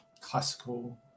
classical